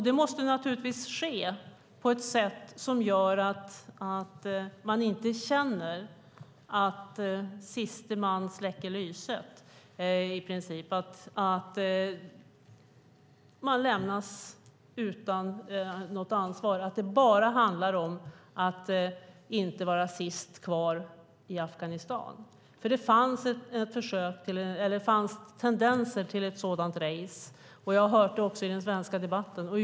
Det måste naturligtvis ske på ett sätt som gör att man inte i princip känner att siste man släcker lyset, att de lämnas utan något ansvar, att det bara handlar om att inte vara sist kvar i Afghanistan. Det fanns tendenser till ett sådant race. Jag har hört det också i den svenska debatten.